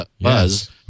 buzz